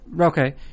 Okay